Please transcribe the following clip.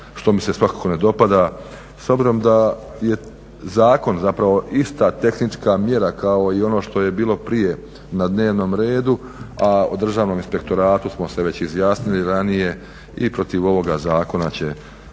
što mi se svakako ne dopada. S obzirom da je zakon zapravo ista tehnička mjera kao i ono što je bilo prije na dnevnom redu, a o Državnom inspektoratu smo se već izjasnili ranije i protiv ovoga zakona će